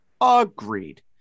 Agreed